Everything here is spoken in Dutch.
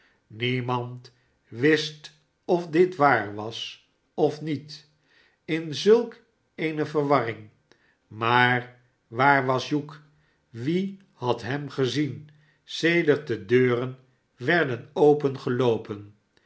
niemand wist of dit waar was of niet in zulk eene verwarring maar waar was hugh wie had hem gezien sedert de deuren werden